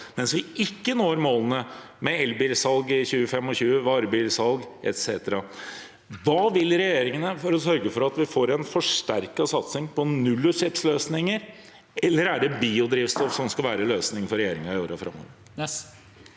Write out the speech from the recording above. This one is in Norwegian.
mens vi ikke når målene med elbilsalg i 2025, varebilsalg etc. Hva vil regjeringen gjøre for å sørge for at vi får en forsterket satsing på nullutslippsløsninger? Er det biodrivstoff som skal være løsningen for regjeringen i årene framover?